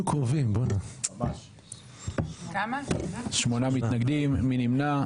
8. מי נמנע?